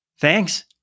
Thanks